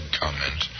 comment